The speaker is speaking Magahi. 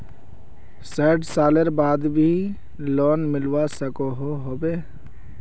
सैट सालेर बाद भी लोन मिलवा सकोहो होबे?